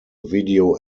video